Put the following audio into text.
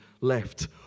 left